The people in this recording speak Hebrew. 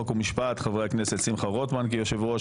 חוק ומשפט חברי הכנסת שמחה רוטמן כיושב ראש,